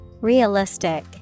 Realistic